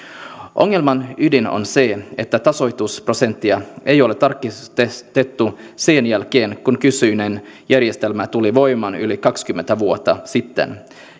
ongelman ydin on se että tasoitusprosenttia ei ole tarkistettu sen jälkeen kun kyseinen järjestelmä tuli voimaan yli kaksikymmentä vuotta sitten